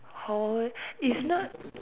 how it's not